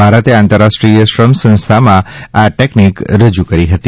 ભારતે આંતરરાષ્ટ્રીય શ્રમ સંસ્થામાં આ ટેકનિક રજૂ કરી હતી